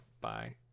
bye